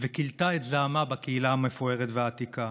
וכילתה את זעמה בקהילה המפוארת והעתיקה.